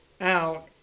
out